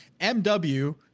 MW